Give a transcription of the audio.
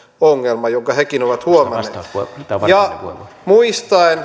ongelma jonka hekin ovat huomanneet muistaen